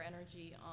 energy